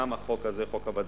גם החוק הזה, חוק הווד"לים.